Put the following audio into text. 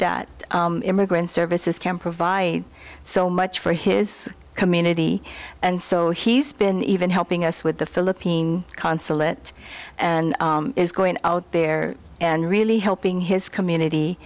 that immigrant services can provide so much for his community and so he's been even helping us with the philippine consulate and is going out there and really helping his community